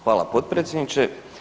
Hvala, potpredsjedniče.